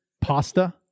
pasta